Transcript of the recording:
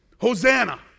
Hosanna